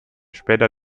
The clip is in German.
später